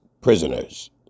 prisoners